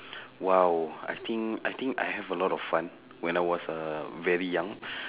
!wow! I think I think I have a lot of fun when I was uh very young